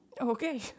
Okay